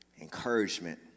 encouragement